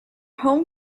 home